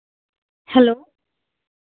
hello